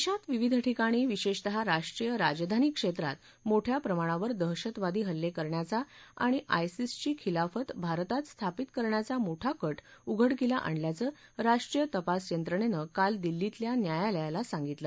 देशात विविध ठिकाणी विशेषतः राष्ट्रीय राजधानी क्षेत्रात मोठ्या प्रमाणावर दहशतवादी हल्ले करण्याचा आणि आयसिसची खिलाफत भारतात स्थापित करण्याचा मोठा कट उघडकीला आणल्याचं राष्ट्रीय तपास यंत्रणेनं काल दिल्लीतल्या न्यायालयाला सांगितलं